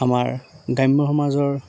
আমাৰ গ্ৰাম্য সমাজৰ